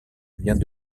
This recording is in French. vient